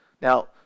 Now